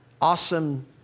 awesome